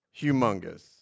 Humongous